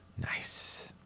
Nice